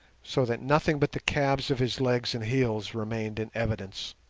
so that nothing but the calves of his legs and heels remained in evidence.